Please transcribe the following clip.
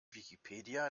wikipedia